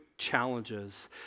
challenges